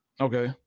Okay